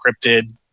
encrypted